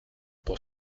pour